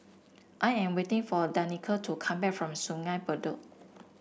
I am waiting for Danika to come back from Sungei Bedok